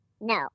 No